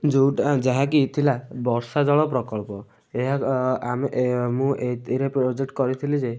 ଯେଉଁଟା ଯାହାକି ଥିଲା ବର୍ଷାଜଳ ପ୍ରକଳ୍ପ ଏହା ଆମେ ମୁଁ ଏଥିରେ ପ୍ରୋଜେକ୍ଟ କରିଥିଲି ଯେ